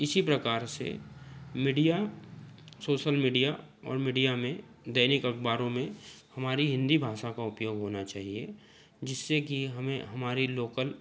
इसी प्रकार से मीडिया सोशल मीडिया और मीडिया में दैनिक अखवारों में हमारी हिन्दी भाषा का उपयोग होना चाहिए जिससे की हमें हमारे लोकल